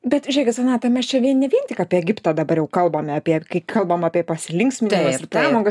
bet žiūrėkit sonata mes čia vien ne vien tik apie egiptą dabar jau kalbame apie kai kalbam apie pasilinksminimus ir pramogą